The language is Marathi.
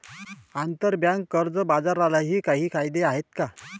आंतरबँक कर्ज बाजारालाही काही कायदे आहेत का?